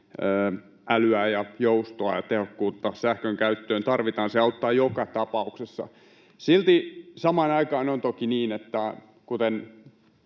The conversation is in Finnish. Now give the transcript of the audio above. älyä ja joustoa ja tehokkuutta sähkön käyttöön tarvitaan — se auttaa joka tapauksessa. Silti samaan aikaan on toki niin, kuten